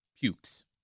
pukes